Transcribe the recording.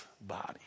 body